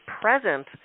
present